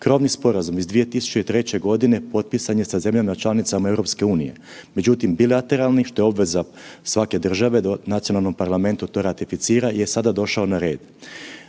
krovni sporazum iz 2003. godine potpisan je sa zemljama članicama EU, međutim bilateralni što je obveza svake države da u nacionalnom parlamentu to ratificira je sada došao na red.